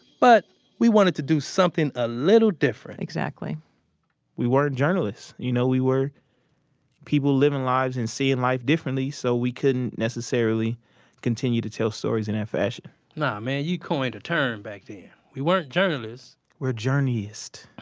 but, we wanted to do something a little different exactly we weren't journalists. you know, we were people living lives and seeing life differently, so we couldn't necessarily continue to tell stories in that fashion nah, man, you coined a term back then. we weren't journalists we're journeyists.